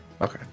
Okay